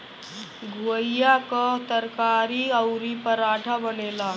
घुईया कअ तरकारी अउरी पराठा बनेला